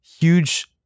huge